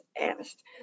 asked